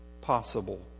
possible